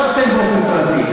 לא אתם באופן פרטי.